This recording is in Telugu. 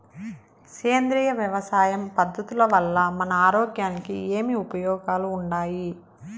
సేంద్రియ వ్యవసాయం పద్ధతుల వల్ల మన ఆరోగ్యానికి ఏమి ఉపయోగాలు వుండాయి?